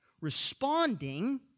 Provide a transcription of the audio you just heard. responding